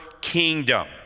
kingdom